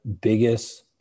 biggest